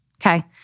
Okay